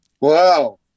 Wow